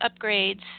upgrades